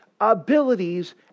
abilities